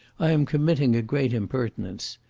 i am committing a great impertinence.